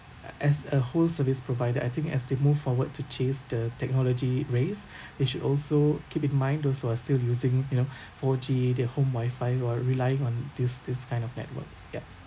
uh as a whole service provider I think as they move forward to chase the technology race it should also keep in mind those who are still using you know four G their home wifi or relying on this this kind of networks yup